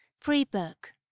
Pre-Book